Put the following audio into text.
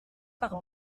par